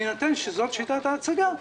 בהינתן שזאת שיטת ההצגה,